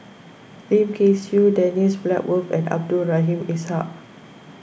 Lim Kay Siu Dennis Bloodworth and Abdul Rahim Ishak